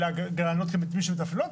ולגננות כמי שמתפעלות.